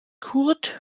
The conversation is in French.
courte